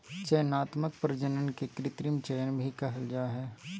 चयनात्मक प्रजनन के कृत्रिम चयन भी कहल जा हइ